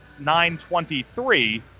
9.23